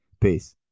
Peace